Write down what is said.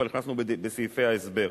אבל הכנסנו בסעיפי ההסבר,